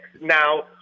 Now